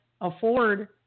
afford